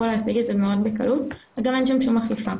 להשיג את זה מאוד בקלות וגם אין שם שום אכיפה.